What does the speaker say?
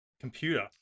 computer